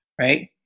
right